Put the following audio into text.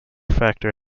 factor